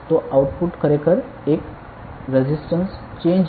તો આઉટપુટ ખરેખર એક રેઝિસ્ટન્સ ચેંજ છે